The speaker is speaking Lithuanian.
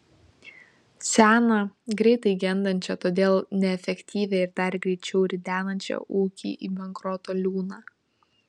seną greitai gendančią todėl neefektyvią ir dar greičiau ridenančią ūkį į bankroto liūną